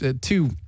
two